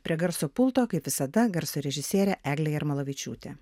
prie garso pulto kaip visada garso režisierė eglė jarmalavičiūtė